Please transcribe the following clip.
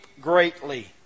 greatly